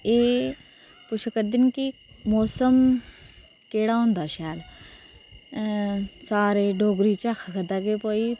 पुच्छा करदे न कि मौसम केहडा होंदा ऐ शैल सारे डोगरी च आक्खा करदे ना भाई